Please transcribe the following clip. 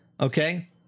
Okay